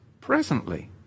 presently